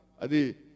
adi